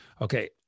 okay